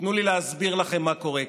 תנו לי להסביר לכם מה קורה כאן: